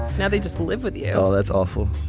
now they just live with you. oh that's awful.